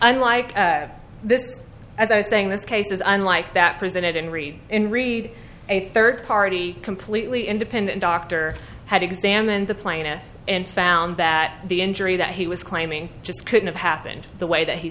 saying this case is unlike that presented and read and read a third party completely independent doctor had examined the plaintiff and found that the injury that he was claiming just couldn't have happened the way that he